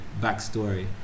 backstory